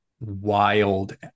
wild